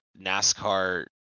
NASCAR